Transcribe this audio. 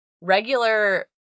regular